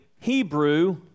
Hebrew